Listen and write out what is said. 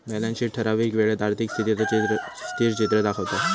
balance sheet ठरावीक वेळेत आर्थिक स्थितीचा स्थिरचित्र दाखवता